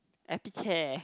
epicare